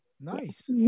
Nice